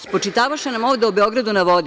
Spočitavaše nam ovde o Beogradu na vodi.